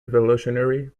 revolutionary